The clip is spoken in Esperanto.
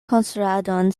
konstruadon